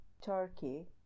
Turkey